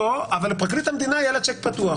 אבל לפרקליט המדינה יהיה צ'ק פתוח.